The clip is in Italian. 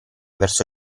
verso